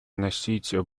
носить